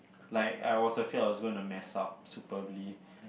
like I was afraid I was gonna mess up superbly